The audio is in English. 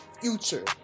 future